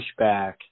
pushback